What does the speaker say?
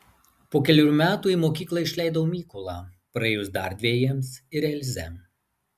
po kelerių metų į mokyklą išleidau mykolą praėjus dar dvejiems ir elzę